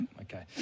Okay